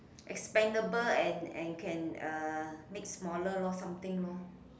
expandable and and can uh make smaller lor something lor